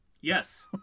Yes